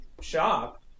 shop